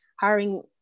hiring